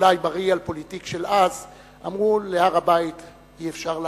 אולי בריאל-פוליטיק של אז אמרו: להר-הבית אי-אפשר לעלות,